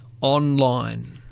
online